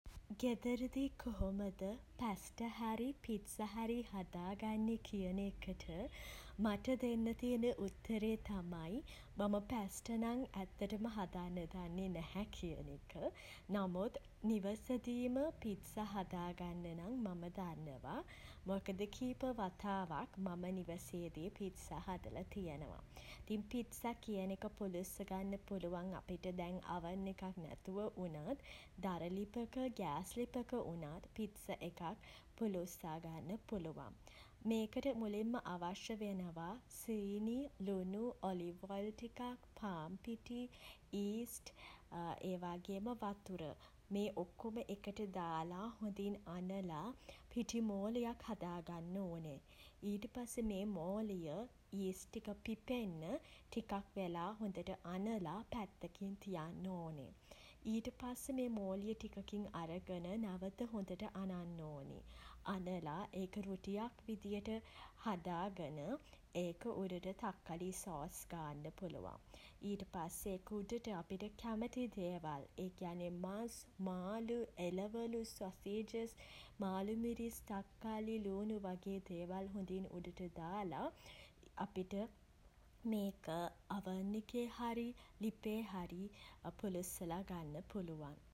ගෙදරදි කොහොමද පැස්ටා හරි පිට්සා හරි හදාගන්නෙ කියන එකට මට දෙන්න තියෙන උත්තරේ තමයි මම පැස්ටා නං ඇත්තටම හදන්න දන්නෙ නැහැ කියන එක. නමුත් නිවසේදීම පිට්සා හදා ගන්න නම් මම දන්නවා. මොකද කීප වතාවක් මම නිවසේදී පිට්සා හදලා තියෙනවා. ඉතින් පිට්සා කියන එක පුළුස්ස ගන්න පුළුවන් අපිට දැන් අවන් එකක් නැතිව වුණත්. දර ලිපක ගෑස් ලිපක වුණත් පිට්සා එකක් පුළුස්සා ගන්න පුළුවන්. ඒකට මුලින්ම අවශ්‍ය වෙනවා ඒකට මුලින්ම අවශ්‍ය වෙනවා සීනි ලුණු ඔලිව් ඔයිල් ටිකක් පාන් පිටි ඊස්ට් ඒ වගේම වතුර මේ ඔක්කොම එකට දාලා හොඳින් අනලා පිටි මෝලියක් හදා ගන්න ඕනේ. ඊට පස්සේ මේ මෝලිය ඊස්ට් ටික පිපෙන්න ටිකක් වෙලා හොඳට අනලා පැත්තකින් තියන්න ඕනේ. ඊට පස්සේ මේ මෝලිය ටිකකින් අරගෙන නැවත හොඳට අනන්න ඕනේ අනලා ඒක රොටියක් විදිහට හදාගෙන ඒක උඩට තක්කාලි සෝස් ගාන්න පුළුවන්. ඊට පස්සේ ඒක උඩට අපිට කැමති දේවල් ඒ කියන්නේ මස් මාළු එළවලු සොසේජස් මාළු මිරිස් තක්කාලි ලූණු වගේ දේවල් හොඳින් උඩට දාලා අපිට මේක අවන් එකේ හරි ලිපේ හරි පුළුස්සල ගන්න පුළුවන්.